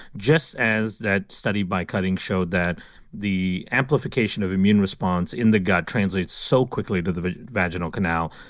just as that study by cutting showed that the amplification of immune response in the gut translates so quickly to the vaginal canal,